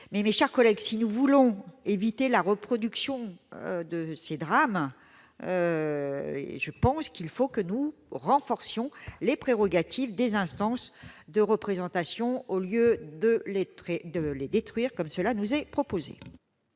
Mes chers collègues, si nous voulons éviter la reproduction de ces drames, il faut que nous renforcions les prérogatives des instances de représentation au lieu de les détruire comme cela nous est proposé.